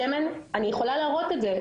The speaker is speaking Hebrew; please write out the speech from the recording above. אני יכולה להראות את זה,